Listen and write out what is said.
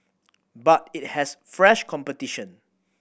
but it has fresh competition